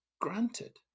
granted